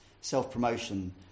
self-promotion